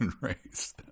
race